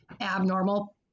abnormal